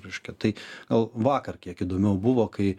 reiškia tai gal vakar kiek įdomiau buvo kai